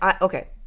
Okay